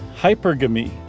hypergamy